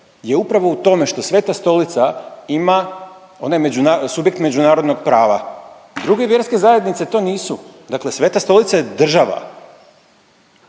je upravo u tome što Sveta Stolica ima, ona je međunar… subjekt međunarodnog prava. Druge vjerske zajednice to nisu, dakle Sveta Stolica je država.